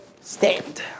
stand